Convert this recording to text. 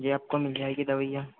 जी आपको मिल जाएगी दवइयाँ